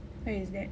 where is that